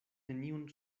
neniun